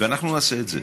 ואנחנו נעשה את זה,